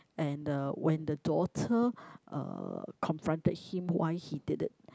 and uh when the daughter uh confronted him why he did it